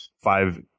five